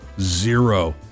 Zero